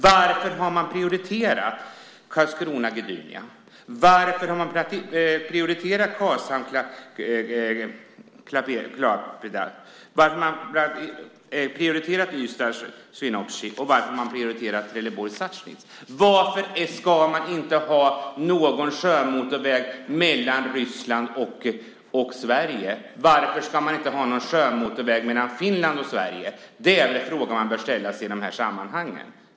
Varför har man prioriterat Karlskrona-Gdynia, Karlshamn-Klaipeda, Ystad-Swinoujscie och Trelleborg-Sassnitz? Varför ska man inte ha någon sjömotorväg mellan Ryssland och Sverige? Varför ska man inte ha någon sjömotorväg mellan Finland och Sverige? Det är frågorna man bör ställa sig i de här sammanhangen.